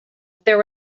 there